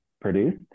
produced